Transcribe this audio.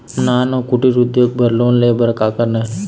नान अउ कुटीर उद्योग बर लोन ले बर का करना हे?